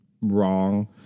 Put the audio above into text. wrong